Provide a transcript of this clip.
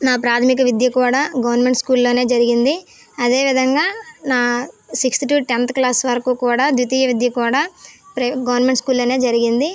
నా ప్రాథమిక విద్య కూడా గవర్నమెంట్ స్కూల్లోనే జరిగింది అదే విధంగా నా సిక్త్ టు టెన్త్ క్లాస్ వరకు కూడా ద్వితీయ విద్య కూడా గవర్నమెంట్ స్కూల్లోనే జరిగింది